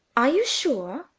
are you sure?